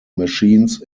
machines